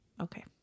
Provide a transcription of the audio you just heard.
Okay